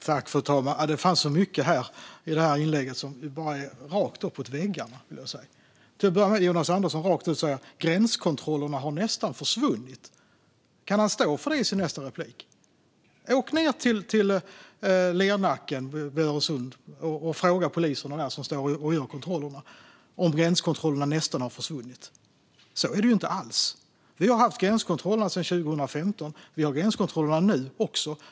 Fru ålderspresident! Det fanns så mycket i det här inlägget som bara är rakt uppåt väggarna. Till att börja med säger Jonas Andersson rakt ut: Gränskontrollerna har nästan försvunnit. Kan han stå för det i sitt nästa inlägg? Åk ned till Lernacken vid Öresund och fråga poliserna som står där och gör kontroller om gränskontrollerna nästan har försvunnit! Så är det inte alls. Vi har haft gränskontrollerna sedan 2015. Vi har gränskontroller nu också.